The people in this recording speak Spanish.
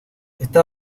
está